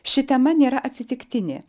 ši tema nėra atsitiktinė